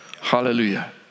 Hallelujah